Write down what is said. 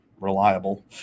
reliable